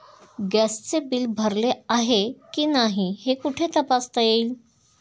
गॅसचे बिल भरले आहे की नाही हे कुठे तपासता येईल?